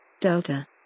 Delta